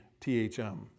THM